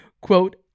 Quote